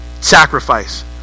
sacrifice